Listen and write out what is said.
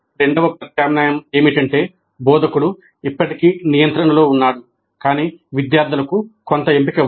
రెండవ ప్రత్యామ్నాయం ఏమిటంటే బోధకుడు ఇప్పటికీ నియంత్రణలో ఉన్నాడు కాని విద్యార్థులకు కొంత ఎంపిక ఉంది